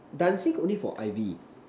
dancing only for I_V